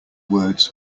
words